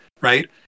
right